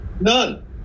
None